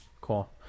Cool